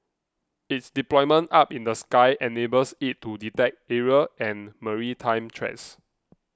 it's deployment up in the sky enables it to detect aerial and maritime threats